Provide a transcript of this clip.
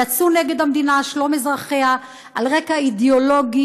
יצאו נגד המדינה ושלום אזרחיה על רקע אידיאולוגי,